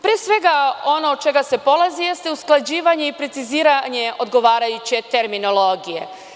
Pre svega, ono od čega se polazi jeste usklađivanje i preciziranje odgovarajuće terminologije.